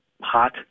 hot